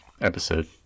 episode